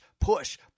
push